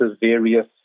various